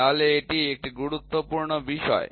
তাহলে এটি একটি খুব গুরুত্বপূর্ণ বিষয়